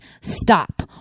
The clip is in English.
stop